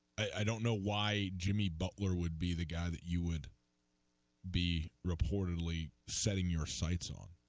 i don't know why jimmy butler would be the guy that you would be reportedly saying your sights on